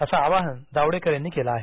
असं आवाहन जावडेकर यांनी केलं आहे